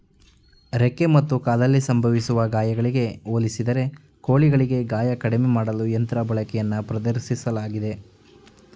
ರೆಕ್ಕೆ ಮತ್ತು ಕಾಲಲ್ಲಿ ಸಂಭವಿಸುವ ಗಾಯಗಳಿಗೆ ಹೋಲಿಸಿದರೆ ಕೋಳಿಗಳಿಗೆ ಗಾಯ ಕಡಿಮೆ ಮಾಡಲು ಯಂತ್ರ ಬಳಕೆಯನ್ನು ಪ್ರದರ್ಶಿಸಲಾಗಿದೆ